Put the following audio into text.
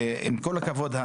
עם כל הכבוד,